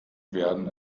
werden